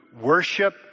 worship